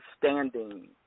standing